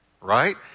right